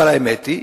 אבל האמת היא,